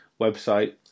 website